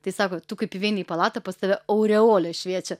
tai sako tu kaip įeini į palatą pas tave aureolė šviečia